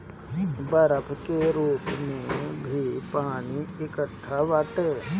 बरफ के रूप में भी पानी एकट्ठा बाटे